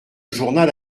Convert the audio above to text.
journal